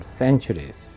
centuries